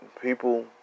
people